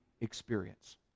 experience